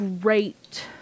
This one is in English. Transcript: great